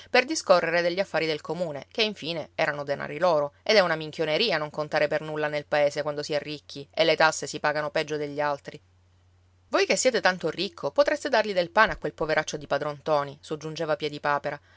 per discorrere degli affari del comune che infine erano denari loro ed è una minchioneria non contare per nulla nel paese quando si è ricchi e le tasse si pagano peggio degli altri voi che siete tanto ricco potreste dargli del pane a quel poveraccio di padron ntoni soggiungeva